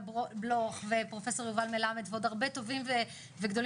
בלוך ופרופסור יובל מלמד ועוד הרבה טובים וגדולים,